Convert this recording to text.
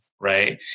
Right